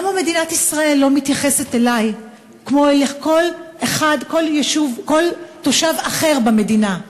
למה מדינת ישראל לא מתייחסת אלי כמו לכל תושב אחר במדינה?